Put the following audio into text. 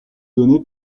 donné